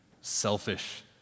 selfish